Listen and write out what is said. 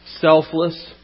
selfless